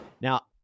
Now